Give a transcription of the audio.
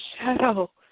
shadow